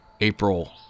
April